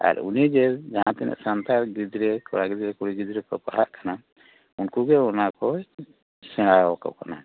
ᱟᱨ ᱩᱱᱤ ᱡᱮ ᱡᱟᱦᱟᱸ ᱛᱤᱱᱟᱹᱜ ᱥᱟᱱᱛᱟᱲ ᱜᱤᱫᱽᱨᱟᱹ ᱠᱚᱲᱟ ᱜᱤᱫᱽᱨᱟᱹ ᱠᱩᱲᱤ ᱜᱤᱫᱽᱨᱟᱹ ᱠᱚ ᱯᱟᱲᱦᱟᱜ ᱠᱟᱱᱟ ᱩᱱᱠᱩ ᱜᱮ ᱚᱱᱟ ᱠᱚᱭ ᱥᱮᱬᱟ ᱟᱠᱚ ᱠᱟᱱᱟᱭ